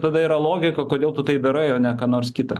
tada yra logika kodėl tu tai darai o ne ką nors kitą